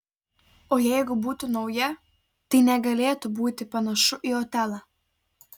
o jeigu būtų nauja tai negalėtų būti panašu į otelą